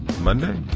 Monday